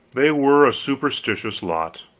they were a superstitious lot.